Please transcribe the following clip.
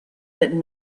that